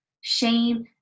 shame